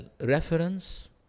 reference